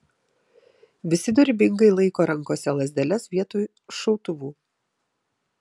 visi dorybingai laiko rankose lazdeles vietoj šautuvų